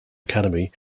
academy